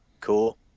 cool